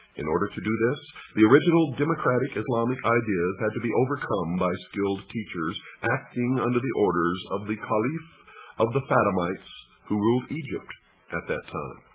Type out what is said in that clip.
in order to do this, the original democratic islamic ideas had to be overcome by skilled teachers, acting under the orders of the caliph of the fatimites, who ruled egypt at that time.